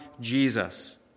Jesus